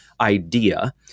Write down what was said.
idea